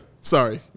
sorry